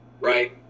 right